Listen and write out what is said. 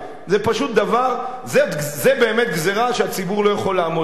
זה באמת גזירה שהציבור לא יכול לעמוד בה.